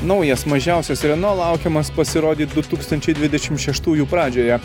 naujas mažiausias reno laukiamas pasirodyt du tūkstančiai dvidešimt šeštųjų pradžioje